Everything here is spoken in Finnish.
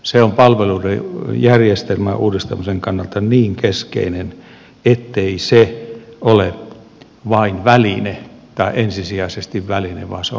se on palveluiden järjestelmän uudistamisen kannalta niin keskeinen ettei se ole vain väline tai ensisijaisesti väline vaan se on asia sinänsä